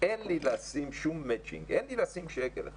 אין לי לשים שום מצ'ינג, אין לי לשים שקל אחד,